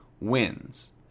wins